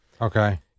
Okay